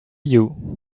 you